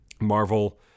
Marvel